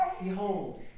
Behold